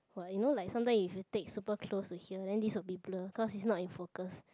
what you know like sometimes if you take super close to here then this will be blur cause it's not in focus